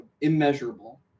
immeasurable